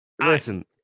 Listen